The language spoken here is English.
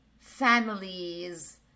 families